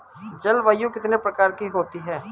जलवायु कितने प्रकार की होती हैं?